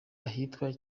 ahitwa